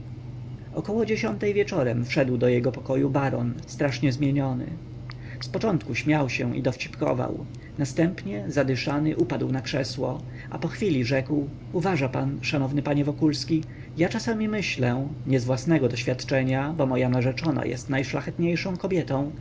około dziesiątej wieczorem wszedł do jego pokoju baron strasznie zmieniony zpoczątku śmiał się i dowcipkował następnie zadyszany upadł na krzesło a pochwili rzekł uważa pan szanowny panie wokulski ja czasami myślę nie z własnego doświadczenia bo moja narzeczona jest najszlachetniejszą kobietą